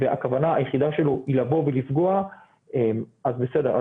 והכוונה היחידה שלו היא לפגוע אז בסדר,